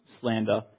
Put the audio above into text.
slander